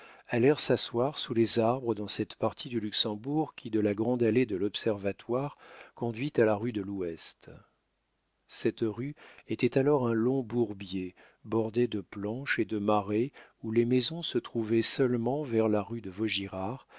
allèrent s'asseoir sous les arbres dans cette partie du luxembourg qui de la grande allée de l'observatoire conduit à la rue de l'ouest cette rue était alors un long bourbier bordé de planches et de marais où les maisons se trouvaient seulement vers la rue de vaugirard